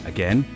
Again